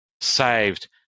saved